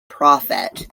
prophet